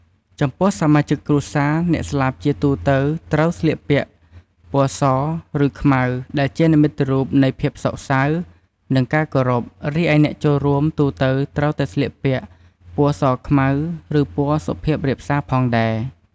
ចំំពោះសមាជិកគ្រួសារអ្នកស្លាប់ជាទូទៅត្រូវស្លៀកពាក់ ពណ៌ស ឬខ្មៅ ដែលជានិមិត្តរូបនៃភាពសោកសៅ និងការគោរព រីឯអ្នកចូលរួមទូទៅត្រូវតែស្លៀកពាក់ពណ៌សខ្មៅឬពណ៌សុភាពរាបសាផងដែរ។